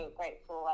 grateful